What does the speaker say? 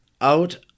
out